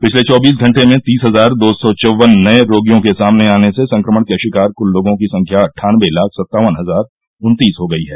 पिछले चौबीस घंटे में तीस हजार दो सौ चौवन नये रोगियों के सामने आने से संक्रमण के शिकार कुल लोगों की संख्या अट्ठानबे लाख सत्तावन हजार उन्तीस हो गई है